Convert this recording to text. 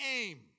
aim